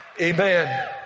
amen